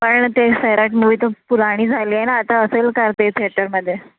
पण ते सैराट मुव्ही तर पुराणी झाली आहे ना आता असेल का ते थेटरमध्ये